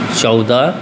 चौदह